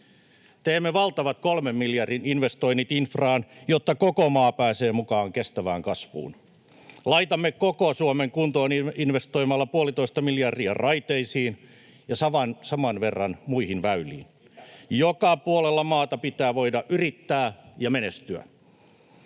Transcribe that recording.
Teemme valtavat kolmen miljardin investoinnit infraan, jotta koko maa pääsee mukaan kestävään kasvuun. Laitamme koko Suomen kuntoon investoimalla puolitoista miljardia raiteisiin ja saman verran muihin väyliin. Joka puolella maata pitää voida yrittää ja menestyä.